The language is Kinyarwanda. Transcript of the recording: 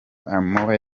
amore